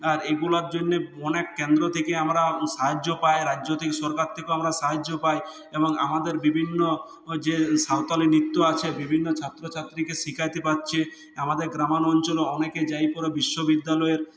আর এগুলোর জন্যে অনেক কেন্দ্র থেকে আমরা সাহায্য পাই রাজ্য থেকে সরকার থেকেও আমরা সাহায্য পাই এবং আমাদের বিভিন্ন যে সাঁওতালি নৃত্য আছে বিভিন্ন ছাত্র ছাত্রীকে শেখাতে পারছি আমাদের গ্রামীণ অঞ্চলে অনেকে যায় বিশ্ববিদ্যালয়ের